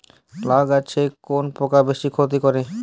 লাউ গাছে কোন পোকা বেশি ক্ষতি করে?